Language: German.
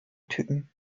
typen